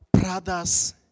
brothers